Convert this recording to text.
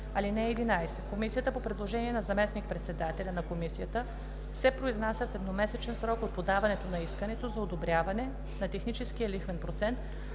му. (11) Комисията по предложение на заместник-председателя на комисията се произнася в едномесечен срок от подаването на искането за одобряване на техническия лихвен процент,